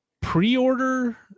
pre-order